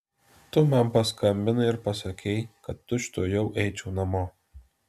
tu man paskambinai ir pasakei kad tučtuojau eičiau namo